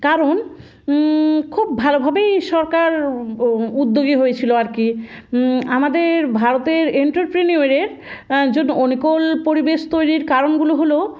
কারণ খুব ভালোভাবেই সরকার উদ্যোগী হয়েছিলো আর কি আমাদের ভারতের অঁতেপ্রনিয়রের জন্য অনুকূল পরিবেশ তৈরির কারণগুলো হল